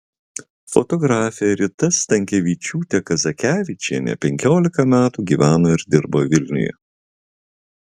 fotografė rita stankevičiūtė kazakevičienė penkiolika metų gyveno ir dirbo vilniuje